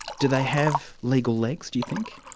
do they have legal legs, do you think?